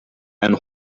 and